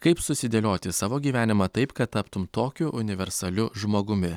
kaip susidėlioti savo gyvenimą taip kad taptum tokiu universaliu žmogumi